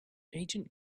agent